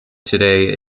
today